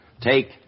Take